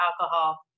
alcohol